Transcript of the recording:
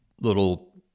little